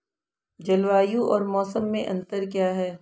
जलवायु और मौसम में अंतर क्या है?